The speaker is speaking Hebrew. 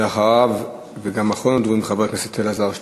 ואחריו, וגם אחרון הדוברים, חבר הכנסת אלעזר שטרן.